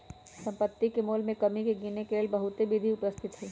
सम्पति के मोल में कमी के गिनेके लेल बहुते विधि उपस्थित हई